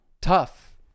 tough